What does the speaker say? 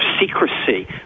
secrecy